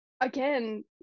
again